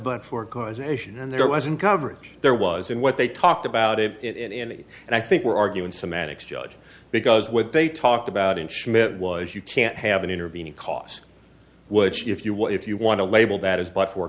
but for causation and there wasn't coverage there was in what they talked about it in any and i think we're arguing semantics judge because what they talked about in schmidt was you can't have an intervening cost which if you will if you want to label that is but fo